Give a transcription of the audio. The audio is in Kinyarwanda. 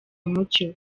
umucyo